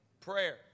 prayer